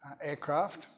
aircraft